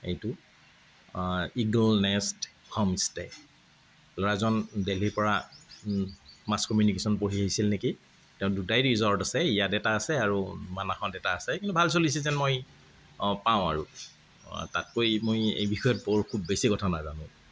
এইটো eagle nest home stay ল'ৰাজন দেলহিৰ পৰা মাছ কমিউনিকেশ্যন পঢ়ি আহিছিল নেকি তেওঁৰ দুটাই ৰিজৰ্ট আছে ইয়াত এটা আছে আৰু মানাহত এটা আছে কিন্তু ভাল চলিছে যেন মই পাওঁ আৰু তাতকৈ মই এই বিষয়ে বৰ খুব বেছি কথা নাজানোঁ